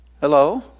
Hello